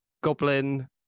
goblin